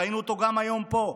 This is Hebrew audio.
ראינו אותו גם היום פה: